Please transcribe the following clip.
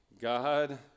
God